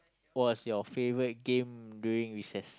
was your favorite game during recess